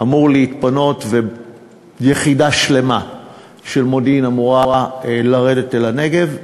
אמור להתפנות ויחידה שלמה של מודיעין אמורה לרדת אל הנגב.